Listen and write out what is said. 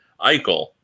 Eichel